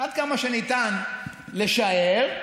עד כמה שניתן לשער,